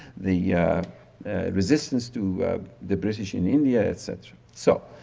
the resistance to the british in india, etc. so,